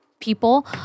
people